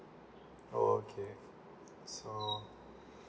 okay so